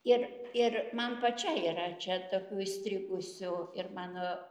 ir ir man pačiai yra čia tokių įstrigusių ir mano